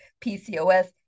PCOS